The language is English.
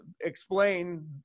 explain